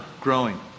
growing